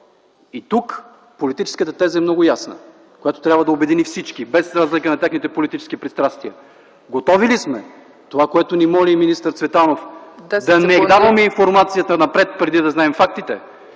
Тук политическата теза, която трябва да обедини всички, без разлика на техните политически пристрастия, е много ясна: готови ли сме – за това ни моли и министър Цветанов – да не даваме информацията напред, преди да знаем фактите?